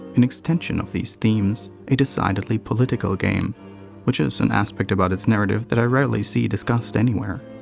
in extention of these themes. a decidedly political game which is an aspect about its narrative that i rarely see discussed anywhere.